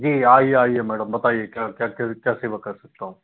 जी आइए आइए मैडम बताई क्या सेवा कर सकता हूँ